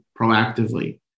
proactively